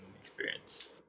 experience